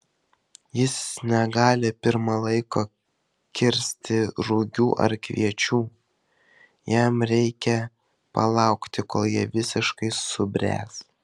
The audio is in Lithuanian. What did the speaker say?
jis negali pirma laiko kirsti rugių ar kviečių jam reikia palaukti kol jie visiškai subręs